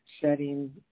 setting